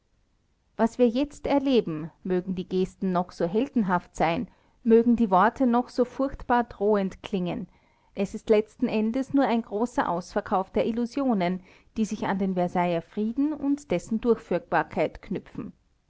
was wir jetzt erleben mögen die gesten noch so heldenhaft sein mögen die worte noch so furchtbar drohend klingen es ist letzten endes nur ein großer ausverkauf der illusionen die sich an den versailler frieden und dessen durchführbarkeit knüpfen